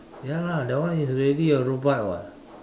ya lah that one is already a robot [what]